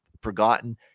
forgotten